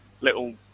little